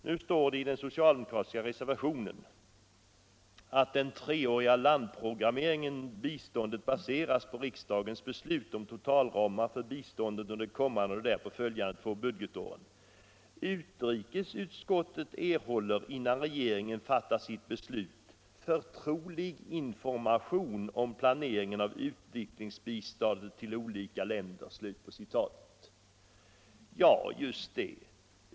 Nu står det i den socialdemokratiska reservationen vid punkten 3: ”Den treåriga landprogrammeringen av biståndet baseras på riksdagens beslut om totalramar för biståndet under det kommande och de därpå följande två budgetåren. Utrikesutskottet erhåller innan regeringen fattar sitt beslut förtrolig information om planeringen av utvecklingsbiståndet till olika länder.” Ja, just det.